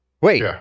Wait